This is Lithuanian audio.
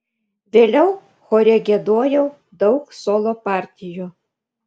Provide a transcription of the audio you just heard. vėliau chore giedojau daug solo partijų